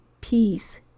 peace